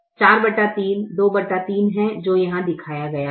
तो 2 43 23 है जो यहाँ दिखाया गया है